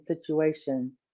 situation